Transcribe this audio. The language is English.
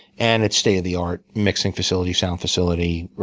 and it's state of the art mixing facility, sound facility,